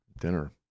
dinner